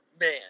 Man